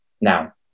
now